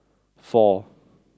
four